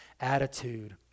attitude